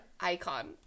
icon